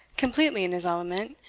completely in his element,